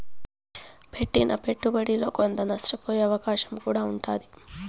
పెట్టిన పెట్టుబడిలో కొంత నష్టపోయే అవకాశం కూడా ఉంటాది